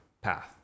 path